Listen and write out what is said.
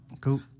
Cool